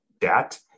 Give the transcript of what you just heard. debt